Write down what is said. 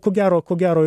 ko gero ko gero